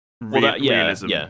realism